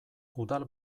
udal